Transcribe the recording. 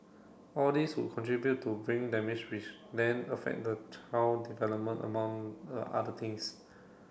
all these would contribute to brain damage which then affect the child development among the other things